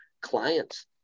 clients